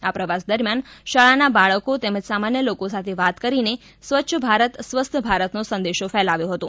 આ પ્રવાસ દરમ્યાન શાળાના બાળકો તેમજ સામાન્ય લોકો સાથે વાત કરીને સ્વચ્છ ભારત સ્વસ્થ ભારતનો સંદેશો ફેલાવ્યો હતો